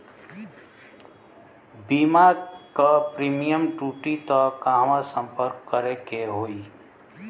बीमा क प्रीमियम टूटी त कहवा सम्पर्क करें के होई?